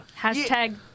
Hashtag